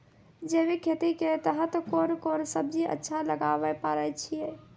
जैविक खेती के तहत कोंन कोंन सब्जी अच्छा उगावय पारे छिय?